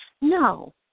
No